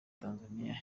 tanzania